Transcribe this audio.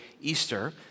Easter